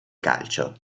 calcio